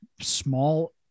small